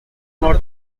floor